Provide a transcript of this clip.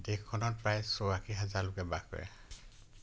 দেশখনত প্ৰায় চৌৰাশী হাজাৰ লোকে বাস কৰে